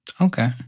Okay